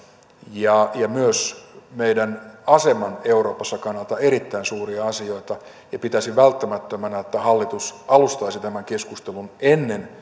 ja myös meidän asemamme euroopassa kannalta erittäin suuria asioita pitäisin välttämättömänä että hallitus alustaisi tämän keskustelun